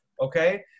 Okay